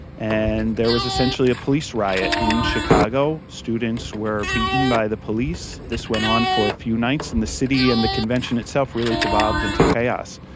and there was essentially a police riot in chicago. students were beaten by the police. this went on for a few nights, and the city and the convention itself really devolved into chaos.